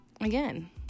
again